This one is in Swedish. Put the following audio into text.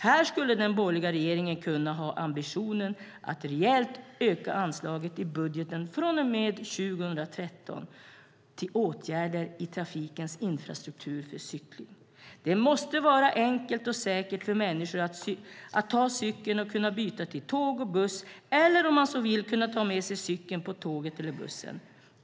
Här skulle den borgerliga regeringen kunna ha ambitionen att rejält öka anslaget till åtgärder i trafikens infrastruktur för cykling i budgeten från och med 2013. Det måste vara enkelt och säkert för människor att ta cykeln och kunna byta till tåg och buss eller, om man så vill, kunna ta med sig cykeln på tåget eller bussen.